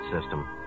system